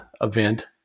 event